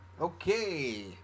Okay